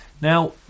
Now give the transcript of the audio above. now